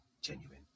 genuine